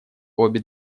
обе